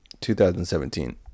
2017